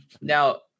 now